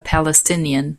palestinian